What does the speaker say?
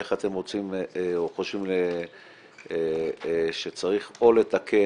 איך אתם רוצים או חושבים שצריך או לתקן,